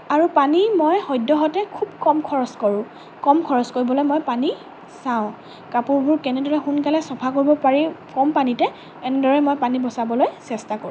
আৰু পানী মই সদ্যহতে খুব কম খৰচ কৰোঁ কম খৰচ কৰিবলৈ মই পানী চাওঁ কাপোৰবোৰ কেনেদৰে সোনকালে চফা কৰিব পাৰি কম পানীতে এনেদৰেই মই পানী বচাবলৈ চেষ্টা কৰোঁ